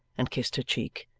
and kissed her cheek.